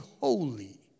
holy